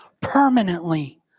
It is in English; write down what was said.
permanently